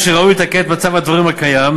שראוי לתקן את מצב הדברים הקיים,